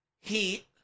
Heat